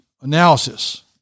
analysis